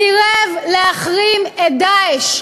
סירב להחרים את "דאעש".